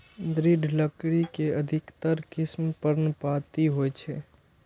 दृढ़ लकड़ी के अधिकतर किस्म पर्णपाती होइ छै